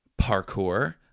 parkour